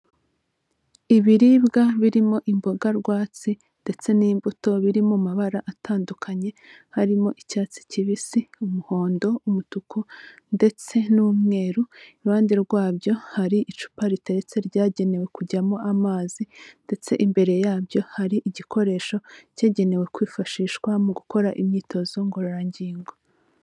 Ibiribwa birimo imboga rwatsi ndetse n'imbuto biri mu mabara atandukanye, harimo icyatsi kibisi, umuhondo, umutuku ndetse n'umweru, iruhande rwabyo hari icupa riteretse, ryagenewe kujyamo amazi ndetse imbere yabyo hari igikoresho cyagenewe kwifashishwa mu gukora imyitozo ngororangingo.